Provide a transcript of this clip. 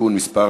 (תיקון מס'